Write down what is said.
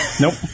Nope